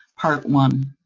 part one.